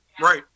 Right